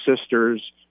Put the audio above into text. sisters